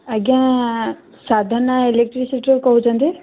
ଆଜ୍ଞା ସାଧନା ଇଲେକ୍ଟ୍ରିସିଟି ରୁ କହୁଛନ୍ତି